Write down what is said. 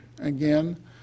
again